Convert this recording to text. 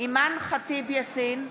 אימאן ח'טיב יאסין,